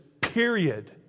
period